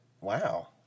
wow